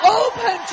open